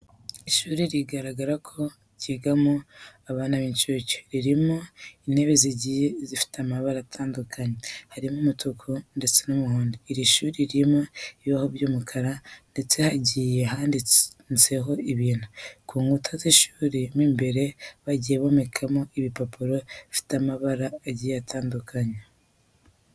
Ishuri bigaragara ko ryigamo abana b'inshuke ririmo intebe zigiye zifite amabara atandukanye, harimo umutuku ndetse n'umuhondo. Iri shuri ririmo ibibaho by'umukara ndetse hagiye handitseho ibintu. Ku nkuta z'ishuri mo imbere bagiye bomekaho ibipapuro bifite amabara agiye atandukanye.